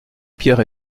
pierre